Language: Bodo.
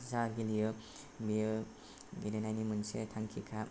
जा गेलेयो बियो गेलेनायनि मोनसे थांखिखा